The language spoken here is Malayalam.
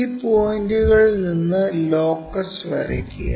ഈ പോയിന്റുകളിൽ നിന്ന് ലോക്കസ് വരയ്ക്കുക